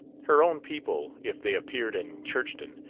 her own people, if they appeared in churchton,